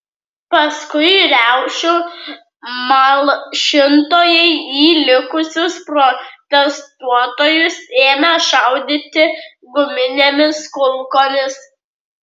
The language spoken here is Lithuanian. paskui riaušių malšintojai į likusius protestuotojus ėmė šaudyti guminėmis kulkomis